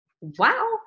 Wow